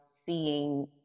seeing